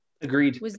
Agreed